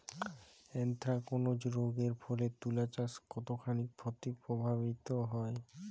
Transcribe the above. Anthracnose রোগ এর ফলে তুলাচাষ কতখানি প্রভাবিত হয়?